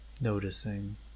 noticing